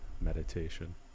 meditation